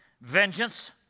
Vengeance